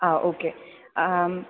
ആ ഓക്കെ